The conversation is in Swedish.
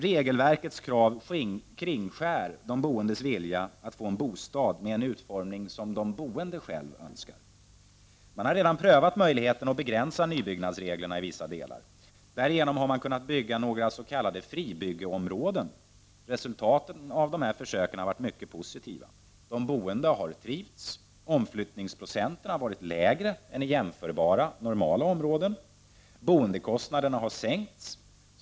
Regelverkets krav kringskär de boendes vilja att få en bostad med en utformning som de boende själva önskar. Man har redan prövat möjligheten att begränsa nybyggnadsreglerna i vissa delar. Därigenom har man kunnat bygga några s.k. fribyggeområden. Resultaten av dessa försök har varit mycket positiva. De boende har trivts, omflyttningsprocenten har varit lägre än i jämförbara normala bostadsområden. Boendekostnaderna har sänkts.